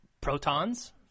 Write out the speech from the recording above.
protons